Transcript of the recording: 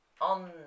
On